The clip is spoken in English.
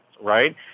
right